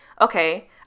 okay